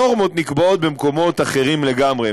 הנורמות נקבעות במקומות אחרים לגמרי,